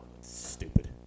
stupid